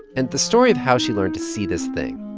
and the story of how she learned to see this thing,